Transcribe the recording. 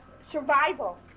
Survival